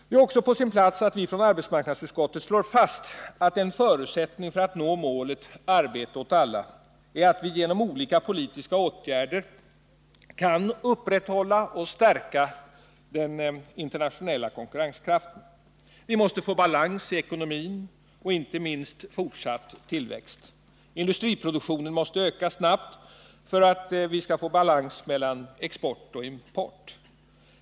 Det är också på sin plats att vi från arbetsmarknadsutskottet slår fast att en förutsättning för att nå målet arbete åt alla är att vi genom olika politiska åtgärder kan upprätthålla och stärka den internationella konkurrenskraften. Vi måste få balans i ekonomin och inte minst fortsatt tillväxt. Industriproduktionen måste ökas snabbt för att vi skall få balans mellan export och import.